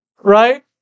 Right